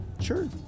Sure